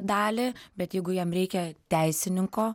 dalį bet jeigu jam reikia teisininko